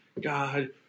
God